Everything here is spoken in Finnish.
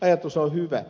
ajatus on hyvä